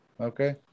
okay